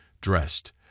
dressed